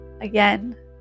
again